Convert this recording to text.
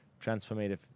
transformative